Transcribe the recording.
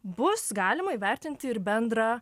bus galima įvertinti ir bendrą